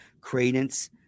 credence